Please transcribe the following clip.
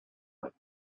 might